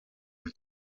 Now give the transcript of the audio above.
mit